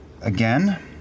Again